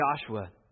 Joshua